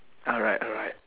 alright alright